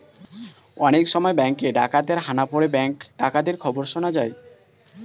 অনেক সময় ব্যাঙ্কে ডাকাতের হানা পড়ে ব্যাঙ্ক ডাকাতির খবর শোনা যায়